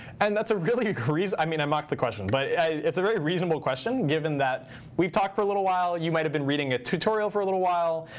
and that's a really i mean, i mocked the question, but it's a very reasonable question given that we've talked for a little while, you might have been reading a tutorial for a little while.